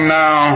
now